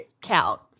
count